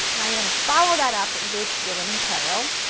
now you're going to follow that up with your limoncello,